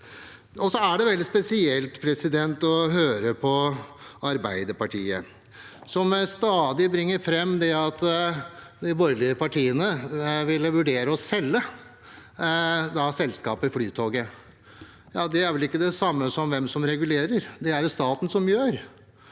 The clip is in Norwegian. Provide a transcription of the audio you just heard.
Det er veldig spesielt å høre på Arbeiderpartiet, som stadig bringer fram at de borgerlige partiene ville vurdere å selge selskapet Flytoget. Ja, det er vel ikke det samme som hvem som regulerer. Det er det staten som gjør.